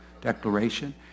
declaration